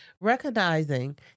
recognizing